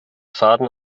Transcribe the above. schaden